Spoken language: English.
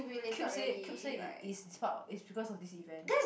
Cube say Cube say it is is part of is because of this event